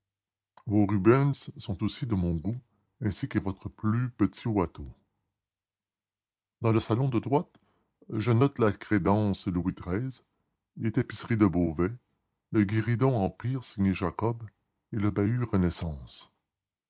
rubens sont aussi de mon goût ainsi que votre plus petit watteau dans le salon de droite je note la crédence louis xiii les tapisseries de beauvais le guéridon empire signé jacob et le bahut renaissance